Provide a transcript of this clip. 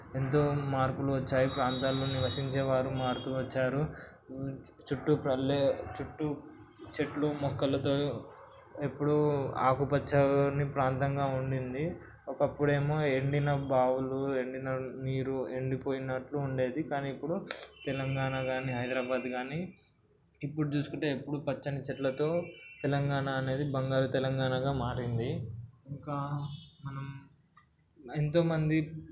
ఎంతో మార్పులు వచ్చాయి ప్రాంతాల్లో నివసించే వారు మారుతూ వచ్చారు చుట్టూ పల్లె చుట్టూ చెట్లు మొక్కలతో ఎప్పుడూ ఆకుపచ్చని ప్రాంతంగా ఉండింది ఒకప్పుడు ఏమో ఎండిన బావులు ఎండిన నీరు ఎండిపోయినట్లు ఉండేది కానీ ఇప్పుడు తెలంగాణ కానీ హైదరాబాద్ కానీ ఇప్పుడు చూసుకుంటే ఎప్పుడూ పచ్చని చెట్లతో తెలంగాణ అనేది బంగారు తెలంగాణగా మారింది ఇంకా మనం ఎంతో మంది